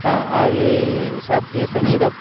ആ അവർക്ക് ഈ ശാസ്ത്രീയ സംഗീതം